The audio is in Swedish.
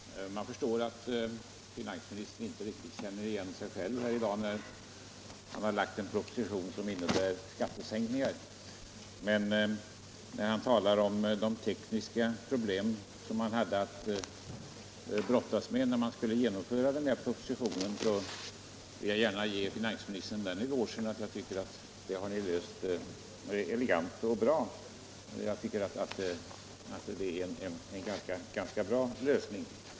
Herr talman! Jag förstår att finansministern inte riktigt känner igen sig själv här i dag när han har lagt fram en proposition som innebär skattesänkning. Finansministern talar om de tekniska problem som han hade att brottas med för att kunna klara propositionen, och jag vill gärna ge honom en eloge för att de frågorna har fått en ganska elegant och bra lösning.